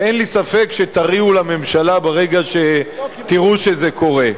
ואין לי ספק שתריעו לממשלה ברגע שתראו שזה קורה.